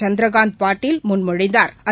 Chandrakant Patil முன்மொழிந்தாா்